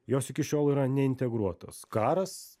jos iki šiol yra neintegruotos karas